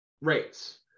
rates